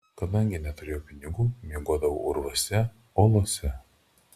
kadangi neturėjau pinigų miegodavau urvuose olose